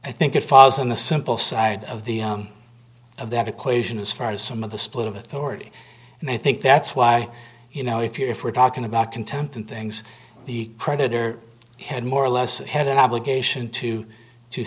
i think it falls on the simple side of the of that equation as far as some of the split of authority and i think that's why you know if you're if we're talking about contempt and things the predator had more or less had an obligation to to